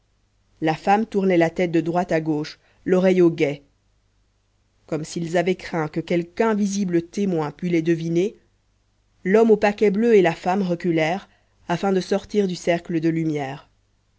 la femme tournait la tête de droite à gauche l'oreille au guet comme s'ils avaient craint que quelqu'invisible témoin pût les deviner l'homme au paquet bleu et la femme reculèrent afin de sortir du cercle de lumière